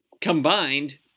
combined